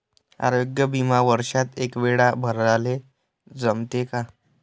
आरोग्य बिमा वर्षात एकवेळा भराले जमते का?